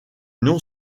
non